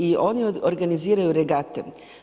I oni organiziraju regate.